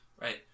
Right